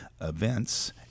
events